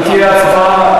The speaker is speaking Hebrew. אם תהיה הצבעה,